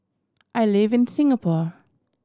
I live in Singapore